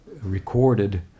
recorded